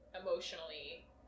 emotionally